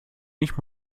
nicht